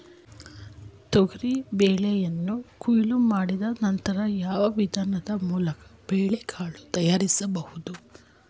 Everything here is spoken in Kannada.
ತೊಗರಿ ಬೇಳೆಯನ್ನು ಕೊಯ್ಲು ಮಾಡಿದ ನಂತರ ಯಾವ ವಿಧಾನದ ಮೂಲಕ ಬೇಳೆಕಾಳು ತಯಾರಿಸಬಹುದು?